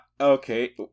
Okay